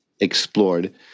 explored